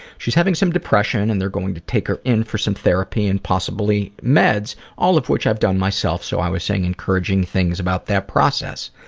she's having some depression and they're going to take her in for some therapy and possibly meds, all of which i've done myself so i was saying encouraging things about that process.